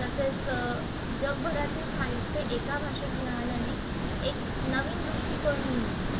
तसेच जगभरातील साहित्य एका भाषेत मिळाल्याने एक नवीन दृष्टीकोण मिळतो